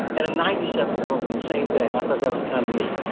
and a ninety seven year old in the same day. and i thought that was kind of neat.